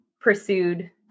pursued